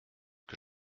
que